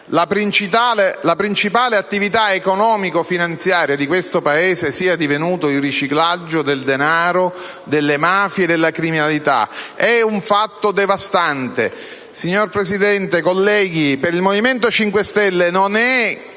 la principale attività economico-finanziaria di questo Paese sia divenuto il riciclaggio del denaro delle mafie e della criminalità. È un fatto devastante. Signor Presidente, colleghi, per il Movimento 5 Stelle non è